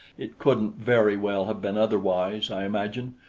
it couldn't very well have been otherwise, i imagine,